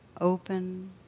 open